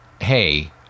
Hey